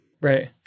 right